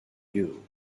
you